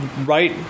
right